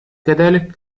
كذلك